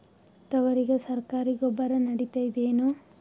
ತೊಗರಿಗ ಸರಕಾರಿ ಗೊಬ್ಬರ ನಡಿತೈದೇನು?